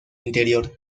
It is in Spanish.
interior